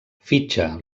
fitxa